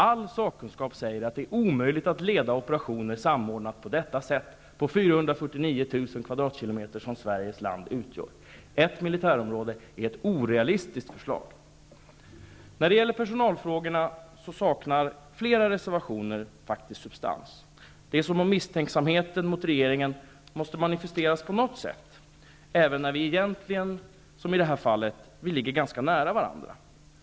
All sakkunskap säger att det är omöjligt att leda och samordna operationer på detta sätt, på de 449 000 kvadratkilometer, som Sveriges land utgör. Det är ett orealistiskt förslag. När det gäller personalfrågorna saknar flera reservationer faktiskt substans. Det är som om misstänksamheten mot regeringen måste manifesteras på något sätt, även när vi egentligen, som i det här fallet, ligger väldigt nära varandra.